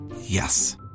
Yes